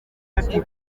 ati